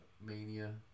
mania